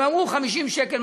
הם אמרו: 50 שקלים,